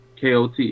KOT